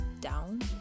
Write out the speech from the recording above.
down